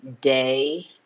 day